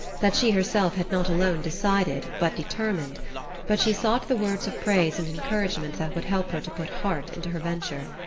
that she herself had not alone decided, but determined but she sought the words of praise and encouragement that would help her to put heart into her venture.